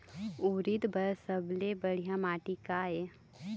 उरीद बर सबले बढ़िया माटी का ये?